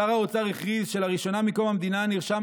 שר האוצר הכריז שלראשונה מקום המדינה נרשם